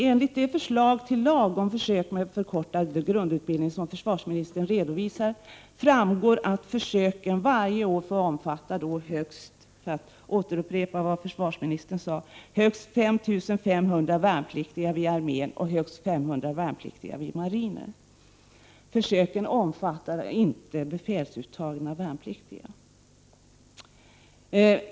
Enligt det förslag till lag om försök med förkortad grundutbildning som försvarsministern redovisar, framgår att försöken varje år får omfatta högst 5 500 värnpliktiga vid armén och högst 500 värnpliktiga vid marinen. Försöken omfattar inte befälsuttagna värnpliktiga.